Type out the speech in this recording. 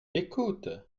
écoute